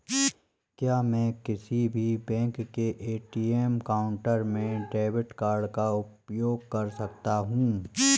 क्या मैं किसी भी बैंक के ए.टी.एम काउंटर में डेबिट कार्ड का उपयोग कर सकता हूं?